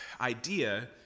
idea